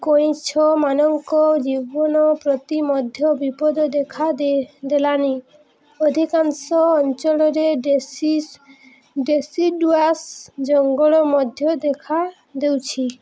କଇଁଛ ମାନଙ୍କ ଜୀବନ ପ୍ରତି ମଧ୍ୟ ବିପଦ ଦେଖା ଦେଲାଣି ଅଧିକାଂଶ ଅଞ୍ଚଳରେ ଡେସିସ୍ ଡେସିଡ଼ୁୱାସ୍ ଜଙ୍ଗଲ ମଧ୍ୟ ଦେଖା ଦେଉଛି